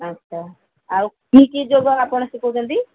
ଆଚ୍ଛା ଆଉ କି କି ଯୋଗ ଆପଣ ଶିଖଉଛନ୍ତି